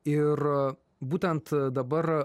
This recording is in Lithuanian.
ir būtent dabar